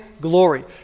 glory